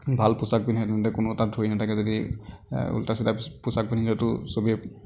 ভাল পোচাক পিন্ধে তেন্তে কোনেও তাত ধৰি নাথাকে যদি এ উল্টা চিধা পোচাক পিন্ধিলেতো সবেই